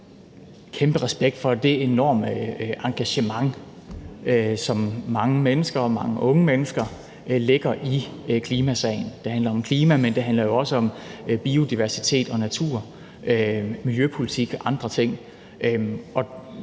kæmpe respekt for det enorme engagement, som mange mennesker og mange unge mennesker lægger i klimasagen. Det handler om klima, men det handler jo også om biodiversitet og natur, miljøpolitik og andre ting.